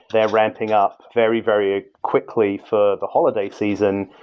they're ramping up very, very quickly for the holiday season.